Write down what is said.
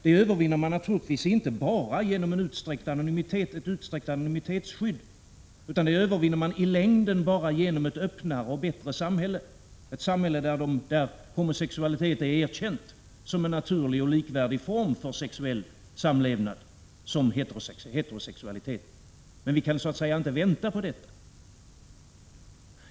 Det gör man naturligvis inte bara genom ett utsträckt anonymitetsskydd, utan i längden övervinner man detta bara genom ett öppnare och bättre samhälle, ett samhälle där homosexualitet är erkänd som en naturlig och med heterosexualitet likvärdig form för sexuell samlevnad. Men vi kan ju inte vänta på detta!